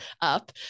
up